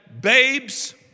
babes